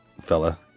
fella